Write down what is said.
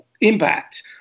impact